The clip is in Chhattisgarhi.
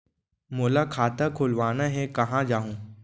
मोला खाता खोलवाना हे, कहाँ जाहूँ?